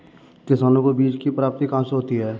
किसानों को बीज की प्राप्ति कहाँ से होती है?